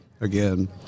again